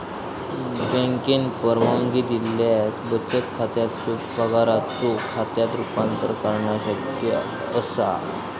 बँकेन परवानगी दिल्यास बचत खात्याचो पगाराच्यो खात्यात रूपांतर करणा शक्य असा